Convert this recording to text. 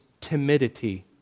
timidity